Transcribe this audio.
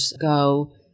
go